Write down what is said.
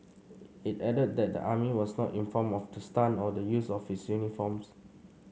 it added that the army was not informed of the stunt or the use of its uniforms